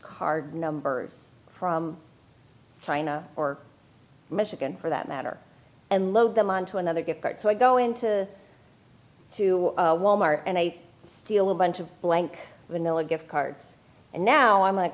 card numbers from china or michigan for that matter and load them onto another good part so i go in to to walmart and they steal a bunch of blank vanilla gift cards and now i'm like